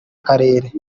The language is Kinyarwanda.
karere